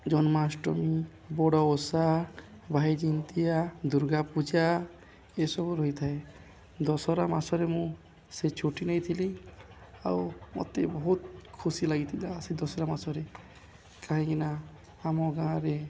ଜନ୍ମାଷ୍ଟମୀ ବଡ଼ ଓଷା ଭାଇ ଜିଉନ୍ତିଆ ଦୁର୍ଗା ପୂଜା ଏସବୁ ରହିଥାଏ ଦଶରା ମାସରେ ମୁଁ ସେ ଛୁଟି ନେଇଥିଲି ଆଉ ମୋତେ ବହୁତ ଖୁସି ଲାଗିଥିଲା ସେ ଦଶହରା ମାସରେ କାହିଁକିନା ଆମ ଗାଁରେ